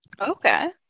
Okay